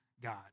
God